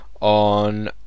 on